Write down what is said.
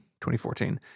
2014